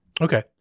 Okay